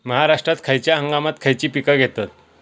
महाराष्ट्रात खयच्या हंगामांत खयची पीका घेतत?